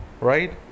right